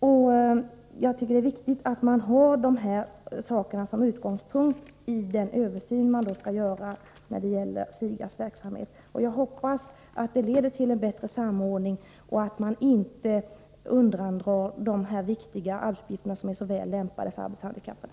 Jag tycker att det är viktigt att man har detta som utgångspunkt vid den översyn som man skall göra när det gäller SIGA:s verksamhet. Jag hoppas att det leder till en bättre samordning och att man inte undandrar de handikappade dessa viktiga arbetsuppgifter, som är så väl lämpade för arbetshandikappade.